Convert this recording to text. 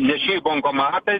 neši į bankomatą